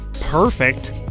perfect